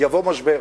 יבוא משבר.